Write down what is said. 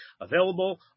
available